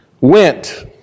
went